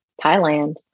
Thailand